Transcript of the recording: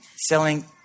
selling